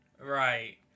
Right